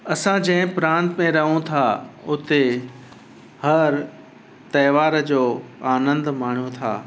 असां जंहिं प्रांत में रहूं था उते हर त्योहार जो आनंद माणियूं था